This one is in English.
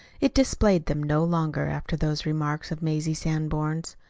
it displayed them no longer after those remarks of mazie sanborn's.